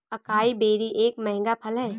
acai berry एक महंगा फल है